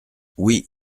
oui